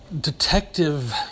detective